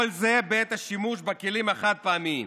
כל זה בעת השימוש בכלים החד-פעמיים.